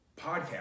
podcast